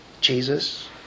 Jesus